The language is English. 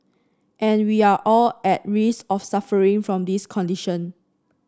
and we are all at risk of suffering from this condition